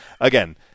Again